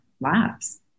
lives